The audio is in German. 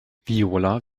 viola